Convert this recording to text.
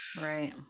right